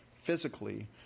physically